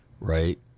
right